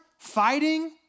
Fighting